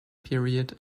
period